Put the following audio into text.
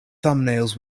thumbnails